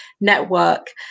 network